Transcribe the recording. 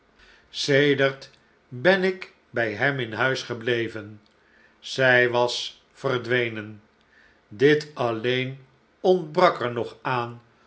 sedert ben ik bij hem in huis gebleven zij was verdwenen dit alleen ontbrak er nog aan